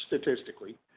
statistically